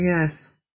yes